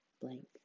blank